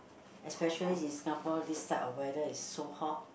especially in Singapore this type of weather is so hot